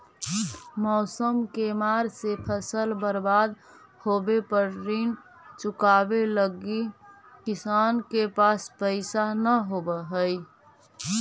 मौसम के मार से फसल बर्बाद होवे पर ऋण चुकावे लगी किसान के पास पइसा न होवऽ हइ